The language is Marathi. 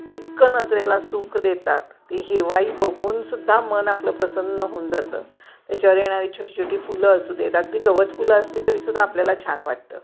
ती इतकं नजरेला सुख देतात ती हिरवाई बघूनसुद्धा मन आपलं प्रसन्न होऊन जातं त्याच्या वर येणारी छोटी छोटी फुलं असू देत अगदी गवत फुलं असली तरीसुद्धा आपल्याला छान वाटतं